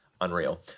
unreal